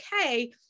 okay